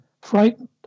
frightened